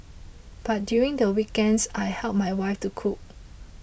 but during the weekends I help my wife to cook